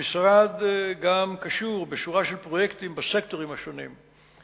המשרד גם קשור בשורה של פרויקטים בסקטורים השונים,